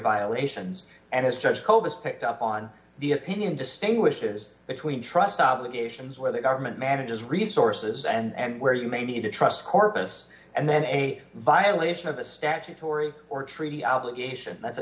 violations and his judge cole was picked up on the opinion distinguishes between trust obligations where the government manages resources and where you may need to trust corpus and then a violation of a statutory or treaty obligation that's a